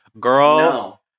Girl